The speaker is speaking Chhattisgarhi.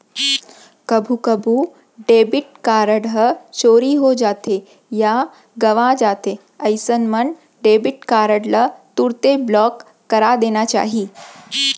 कभू कभू डेबिट कारड ह चोरी हो जाथे या गवॉं जाथे अइसन मन डेबिट कारड ल तुरते ब्लॉक करा देना चाही